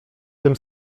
tym